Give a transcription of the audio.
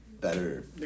better